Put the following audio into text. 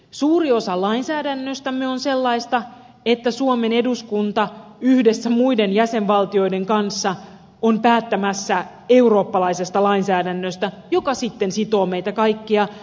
suuri osa lainsäädännöstämme on sellaista että suomen eduskunta yhdessä muiden jäsenvaltioiden kanssa on päättämässä eurooppalaisesta lainsäädännöstä joka sitten sitoo meitä kaikkia